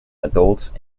adults